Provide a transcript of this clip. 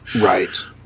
Right